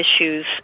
issues